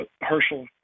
Herschel